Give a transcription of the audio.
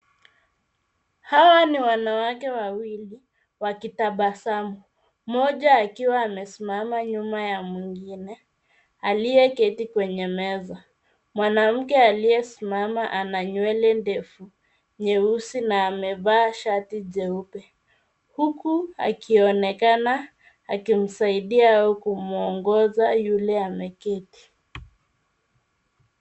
Hawa ni wanawake wawili wakitabasamu mmoja akiwa amesimama nyuma ya mwingine aliyeketi kwenye meza. Mwanamke aliyesimama ana nywele ndefu nyeusi na amevaa shati jeupe huku akionekana akimsaidia kumsaidia au kumuongoza yule ameketi.